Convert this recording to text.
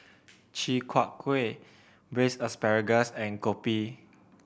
Chi Kak Kuih Braised Asparagus and Kopi